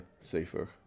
safer